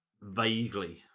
vaguely